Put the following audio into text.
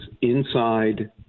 inside